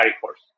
force